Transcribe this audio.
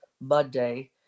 Monday